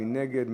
מי נגד?